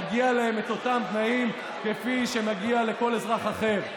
מגיעים להם אותם תנאים כפי שמגיעים לכל אזרח אחר.